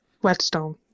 Whetstone